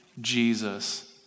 Jesus